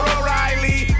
O'Reilly